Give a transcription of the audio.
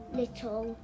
little